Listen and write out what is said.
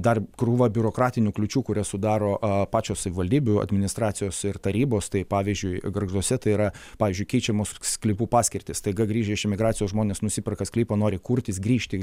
dar krūva biurokratinių kliūčių kurias sudaro a pačios savivaldybių administracijos ir tarybos tai pavyzdžiui gargžduose tai yra pavyzdžiui keičiamos sklypų paskirtys staiga grįžę iš emigracijos žmonės nusiperka sklypą nori kurtis grįžti